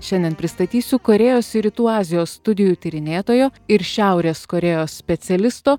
šiandien pristatysiu korėjos ir rytų azijos studijų tyrinėtojo ir šiaurės korėjos specialisto